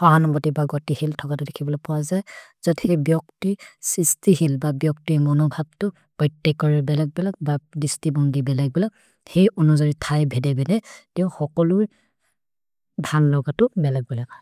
हहन् बदे भ गति हिल् थकतरे के भोले पहजे। ज थेके ब्यक्तिर् सेश्ति हिल् भ ब्यक्तिर् मोनो भप्तु। पति तेक् करि भेलेक् भेलेक् भ दिस्तिभौन् के भेलेक् भेलेक्। हे ओन जरि थै भेदे भेदे। ते हो कोलुर् धन् लोगतु भेलेक् भेलेक्।